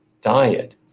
diet